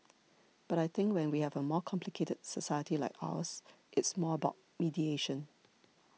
but I think when we have a more complicated society like ours it's more about mediation